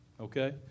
okay